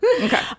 Okay